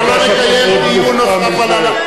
אני יודע שאתה מאוד מופתע מזה,